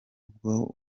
ubwo